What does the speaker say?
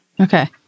Okay